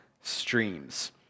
streams